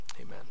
amen